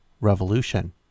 revolution